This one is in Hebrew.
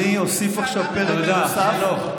אני אוסיף עכשיו פרק נוסף -- תודה, חנוך.